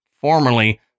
formerly